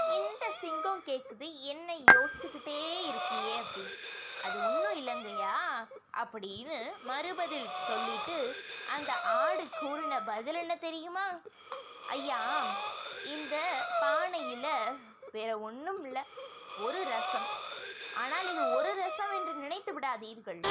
இந்த சிங்கம் கேட்குது என்ன யோசிச்சுக்கிட்டே இருக்கியே அப்படின்னு அது ஒன்றும் இல்லைங்கையா அப்படினு மறு பதில் சொல்லிட்டு அந்த ஆடு கூறின பதில் என்ன தெரியுமா ஐயா இந்த பானையில் வேறு ஒன்றும் இல்லை ஒரு ரசம் ஆனால் இது ஒரு ரசம் என்று நினைத்து விடாதீர்கள்